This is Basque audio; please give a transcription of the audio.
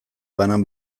banan